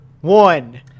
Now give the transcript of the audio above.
one